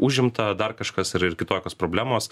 užimta dar kažkas ir ir kitokios problemos